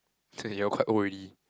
so they all quite old already